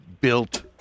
built